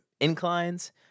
inclines